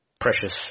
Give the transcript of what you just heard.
precious